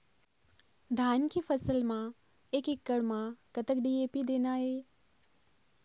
धान के फसल म एक एकड़ म कतक डी.ए.पी देना ये?